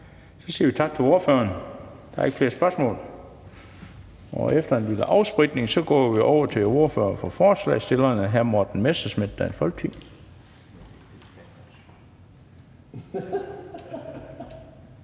Så siger vi tak til ordføreren. Der er ikke flere spørgsmål. Efter en lille afspritning går vi over til ordføreren for forslagsstillerne, hr. Morten Messerschmidt, Dansk Folkeparti.